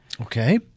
Okay